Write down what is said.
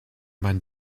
man